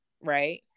right